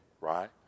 right